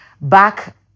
back